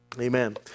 Amen